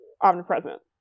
omnipresent